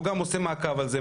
שהוא גם עושה מעקב על זה,